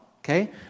okay